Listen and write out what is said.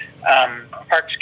Parks